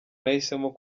nahisemo